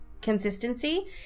consistency